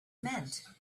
meant